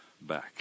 back